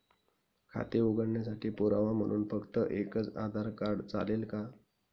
खाते उघडण्यासाठी पुरावा म्हणून फक्त एकच आधार कार्ड चालेल का?